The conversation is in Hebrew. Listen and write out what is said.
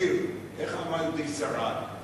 ולהסביר איך עמד ושרד,